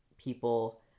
people